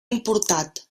importat